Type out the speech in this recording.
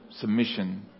submission